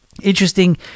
interesting